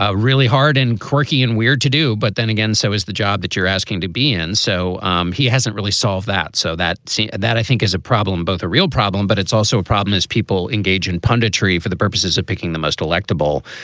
ah really hard and quirky and weird to do, but then again, so is the job that you're asking to be in. so um he hasn't really solve that. so that scene that i think is a problem, both a real problem, but it's also a problem is people engage in punditry for the purposes of picking the most electable.